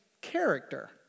character